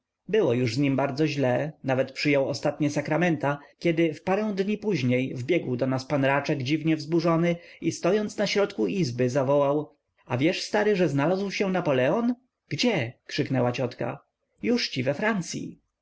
było już z nim bardzo źle nawet przyjął ostatnie sakramenta kiedy w parę dni później wbiegł do nas pan raczek dziwnie wzburzony i stojąc na środku izby zawołał a wiesz stary że znalazł się napoleon gdzie krzyknęła ciotka jużci we francyi